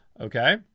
Okay